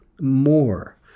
More